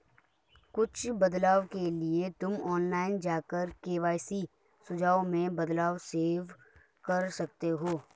कुछ बदलाव के लिए तुम ऑनलाइन जाकर के.वाई.सी सुझाव में बदलाव सेव कर सकते हो